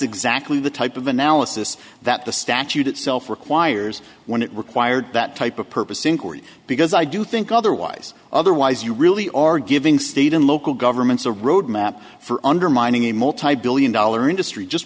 exactly the type of analysis that the statute itself requires when it required that type of purpose inquiry because i do think otherwise otherwise you really are giving state and local governments a roadmap for undermining a multibillion dollar industry just